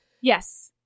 Yes